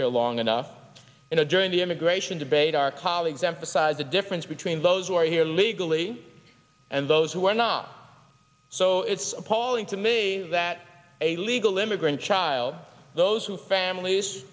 here long enough you know during the immigration debate our colleagues emphasize the difference between those who are here legally and those who are not so it's appalling to me that a legal immigrant child those whose families